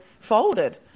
folded